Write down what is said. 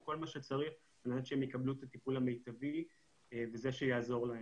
וכל מה שצריך על מנת שהם יקבלו את הטיפול המיטבי וזה שיעזור להם.